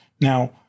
Now